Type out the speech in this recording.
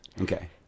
Okay